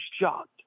shocked